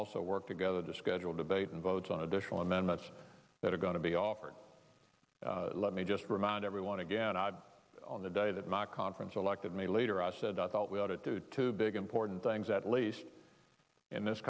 will also work together to schedule debate and votes on additional amendments that are going to be offered let me just remind everyone again on the day that my conference elected me later i said i thought we ought to do two big important things at least in this